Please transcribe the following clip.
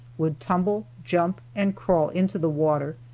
would tumble, jump and crawl into the water,